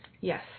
Yes